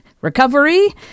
recovery